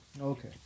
Okay